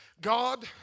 God